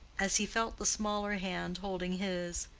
as he felt the smaller hand holding his,